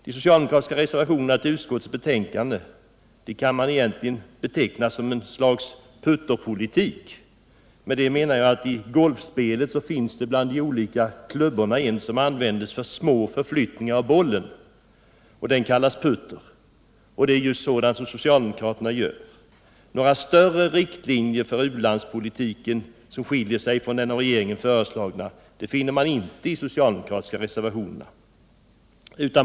De socialdemokratiska reservationerna till utskottets betänkande kan man beteckna som ett slags putterpolitik. I golfspelet finns det bland de olika klubborna en som används för små förflyttningar av bollen, och den kallas putter. Det är just sådant som socialdemokraterna gör. Några större riktlinjer för u-landspolitiken som skiljer sig från de av regeringen föreslagna finner man inte i de socialdemokratiska reservationerna.